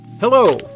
Hello